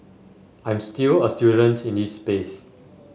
I'm still a student in this space